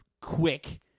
quick